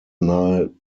nahe